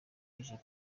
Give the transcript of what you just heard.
ijipo